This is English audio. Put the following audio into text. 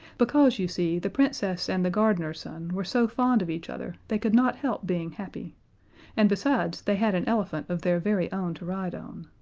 because, you see, the princess and the gardener's son were so fond of each other they could not help being happy and besides, they had an elephant of their very own to ride on.